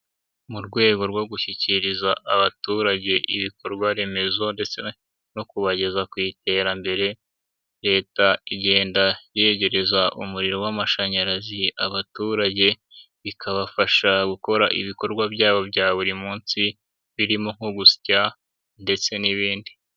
Mu rwego rwo gushyikiriza abaturage ibikorwaremezo ndetse no kubageza ku iterambere, Leta igenda yegereza umuriro w'amashanyarazi abaturage, bikabafasha gukora ibikorwa byabo bya buri munsi, birimo nko gusya ndetse n'ibindi.